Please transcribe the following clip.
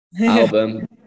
Album